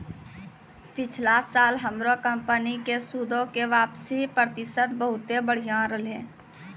पिछला साल हमरो कंपनी के सूदो के वापसी प्रतिशत बहुते बढ़िया रहलै